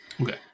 Okay